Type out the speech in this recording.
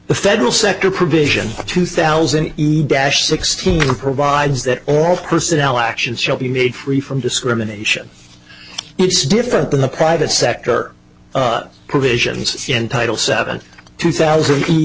the federal sector provision two thousand bashed sixteen provides that all personnel actions shall be made free from discrimination it's different than the private sector provisions in title seven two thousand